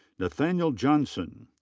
nathanael johnson.